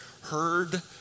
Heard